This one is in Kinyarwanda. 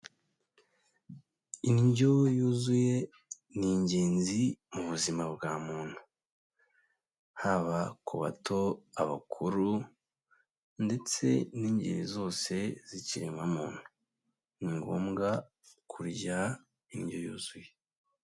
Indyo yuzuye, ni ingenzi mu buzima bwa muntu, haba ku bato, abakuru, ndetse n'ingeri zose z'ikiremwa muntu, ni ngombwa kurya indyo yuzuye.